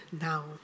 now